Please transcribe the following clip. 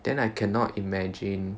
then I cannot imagine